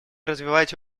развивать